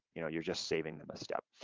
you know you're just saving them a step.